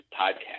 podcast